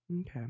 Okay